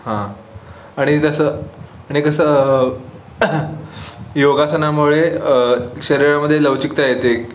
हां आणि जसं आणि कसं योगासनामुळे शरीरामध्ये लवचिकता येते एक